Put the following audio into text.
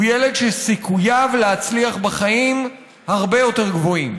הוא ילד שסיכוייו להצליח בחיים הרבה יותר גבוהים.